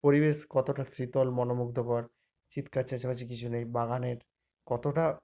পরিবেশ কতোটা শীতল মনোমুগ্ধকর চিৎকার চেঁচামেচি কিছু নেই বাগানের কতোটা